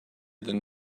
than